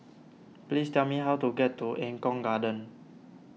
please tell me how to get to Eng Kong Garden